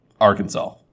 Arkansas